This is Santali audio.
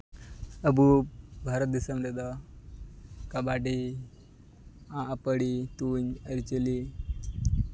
ᱟᱵᱚ ᱵᱷᱟᱨᱚᱛ ᱫᱤᱥᱚᱢ ᱨᱮᱫᱚ ᱠᱟᱵᱟᱰᱤ ᱟᱹᱯᱟᱹᱲᱤ ᱛᱩᱧ ᱟᱹᱨᱤᱼᱪᱟᱹᱞᱤ